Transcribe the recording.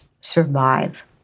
survive